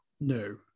No